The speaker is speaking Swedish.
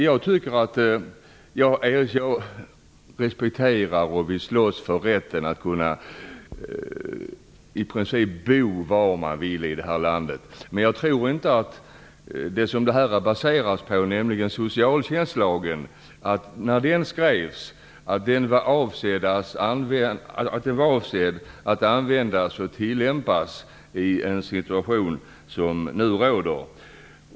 Jag respekterar och vill slåss för rätten att man i princip skall kunna bo var man vill i det här landet. Men jag tror inte att socialtjänstlagen, när den skrevs, var avsedd att tillämpas i den situation som nu råder.